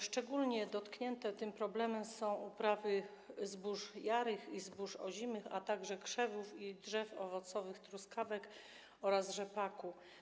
Szczególnie dotknięte tym problemem są uprawy zbóż jarych i zbóż ozimych, a także krzewów i drzew owocowych, truskawek oraz rzepaku.